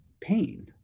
pain